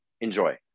Enjoy